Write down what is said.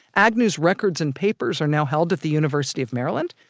agnew's records and papers are now held at the university of maryland.